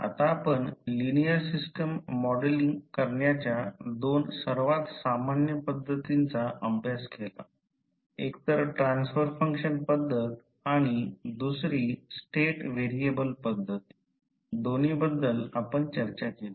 आता आपण linear system modelling करण्याच्या दोन सर्वात सामान्य पद्धतींचा अभ्यास केला एक ट्रान्सफर फंक्शन पद्धत आणि दुसरी स्टेट व्हेरिएबल पद्धत आहे दोन्ही बद्दल आपण चर्चा केली